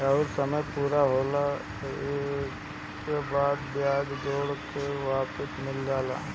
अउर समय पूरा होला के बाद बियाज जोड़ के वापस मिल जाला